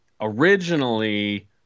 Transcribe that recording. originally